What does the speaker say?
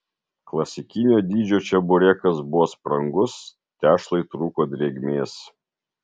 klasikinio dydžio čeburekas buvo sprangus tešlai trūko drėgmės